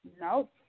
Nope